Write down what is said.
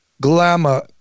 glamour